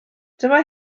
dyma